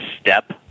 step